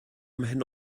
mhen